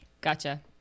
Gotcha